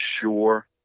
sure